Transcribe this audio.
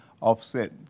offset